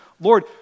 Lord